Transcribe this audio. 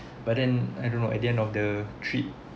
but then I don't know at the end of the trip